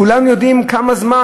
כולם יודעים כמה זמן,